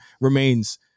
remains